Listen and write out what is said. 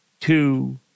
two